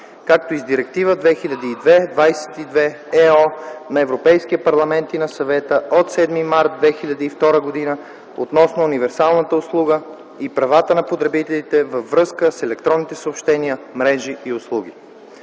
както и с Директива 2002/22/ЕО на Европейския парламент и на Съвета от 7 март 2002 г. относно универсалната услуга и правата на потребителите във връзка с електронните съобщителни мрежи и услуги.